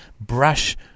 brush